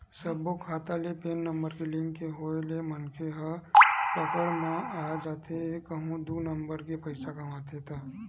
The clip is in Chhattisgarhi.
सब्बो खाता ले पेन नंबर के लिंक के होय ले मनखे ह पकड़ म आई जाथे कहूं दू नंबर के पइसा कमाथे ता